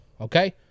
okay